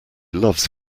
loves